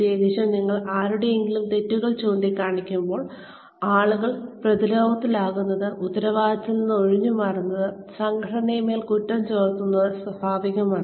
പ്രത്യേകിച്ചും നിങ്ങൾ ആരുടെയെങ്കിലും തെറ്റുകൾ ചൂണ്ടിക്കാണിക്കുമ്പോൾ ആളുകൾ പ്രതിരോധത്തിലാകുന്നത് ഉത്തരവാദിത്തത്തിൽ നിന്ന് ഒഴിഞ്ഞുമാറുന്നത് സംഘടനയുടെ മേൽ കുറ്റം ചാർത്തുന്നത് സ്വാഭാവികമാണ്